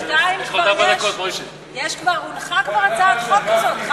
שתיים, כבר יש, יש לך עוד ארבע דקות, משה.